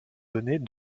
données